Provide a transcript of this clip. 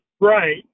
Right